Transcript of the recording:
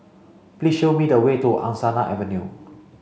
please show me the way to Angsana Avenue